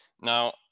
Now